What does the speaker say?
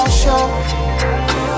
show